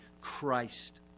Christ